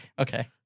Okay